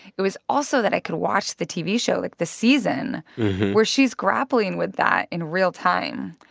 it was also that i could watch the tv show, like, the season where she's grappling with that in real-time.